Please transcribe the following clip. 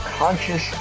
conscious